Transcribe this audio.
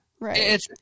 right